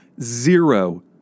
zero